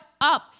up